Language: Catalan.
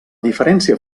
diferència